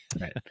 Right